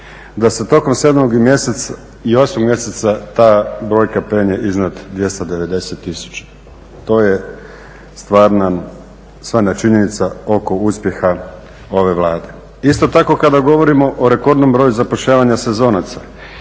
da se tokom 7. i 8. mjeseca ta brojka prelije iznad 290 tisuća. To je stvarna činjenica oko uspjeha ove Vlade. Isto tako kada govorimo o rekordnom broju zapošljavanja sezonaca,